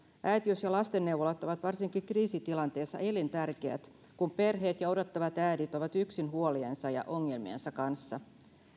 äitiys ja lastenneuvolat ovat varsinkin kriisitilanteessa elintärkeät kun perheet ja odottavat äidit ovat yksin huoliensa ja ongelmiensa kanssa